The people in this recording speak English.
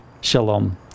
Shalom